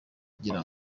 kugira